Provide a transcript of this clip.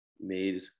made